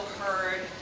heard